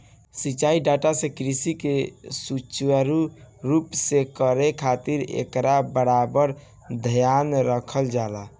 सिंचाई डाटा से कृषि के सुचारू रूप से करे खातिर एकर बराबर ध्यान रखल जाला